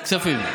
כספים.